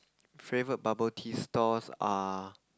favourite bubble tea stores are